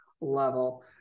level